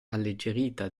alleggerita